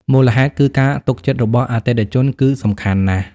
មូលហេតុគឺ ការទុកចិត្តរបស់អតិថិជនគឺសំខាន់ណាស់។